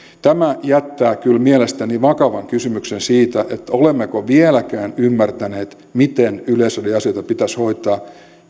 tämä jättää kyllä mielestäni vakavan kysymyksen siitä olemmeko vieläkään ymmärtäneet miten yleisradion asioita pitäisi hoitaa